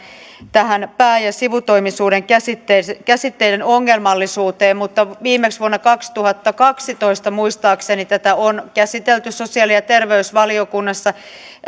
tähän pää ja sivutoimisuuden käsitteiden ongelmallisuuteen mutta viimeksi vuonna kaksituhattakaksitoista muistaakseni on käsitelty sosiaali ja terveysvaliokunnassa